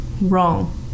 wrong